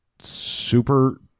super